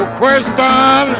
question